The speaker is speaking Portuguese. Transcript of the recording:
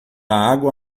água